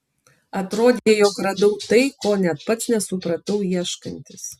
atrodė jog radau tai ko net pats nesupratau ieškantis